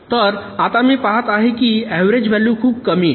तर आता मी पाहत आहे की ऍव्हरेज व्हॅलू खूप कमी 1